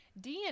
DNA